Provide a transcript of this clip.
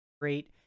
great